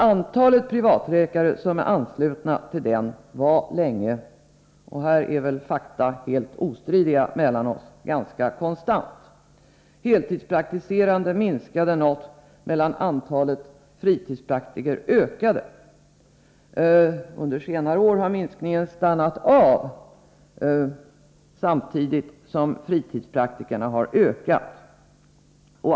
Antalet privatläkare som är anslutna till den allmänna försäkringen var länge — här är väl fakta helt ostridiga — ganska konstant. Antalet heltidspraktiserande minskade något, medan antalet fritidspraktiker ökade. Under senare år har minskningen stannat av samtidigt som antalet fritidspraktiker har ökat.